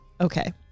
Okay